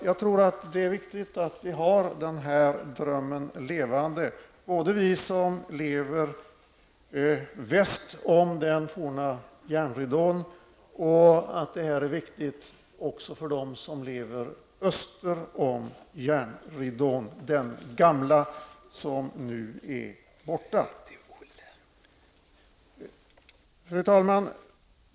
Jag tror att det är viktigt att hålla den drömmen levande, att det är viktigt både för oss som lever väster om den forna järnridån och dem som lever öster om den järnridå som nu är borta. Fru talman!